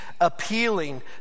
appealing